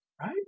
right